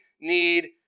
need